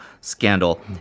scandal